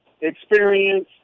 experience